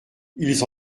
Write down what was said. ils